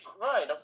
Right